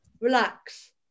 Relax